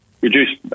reduce